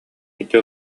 ити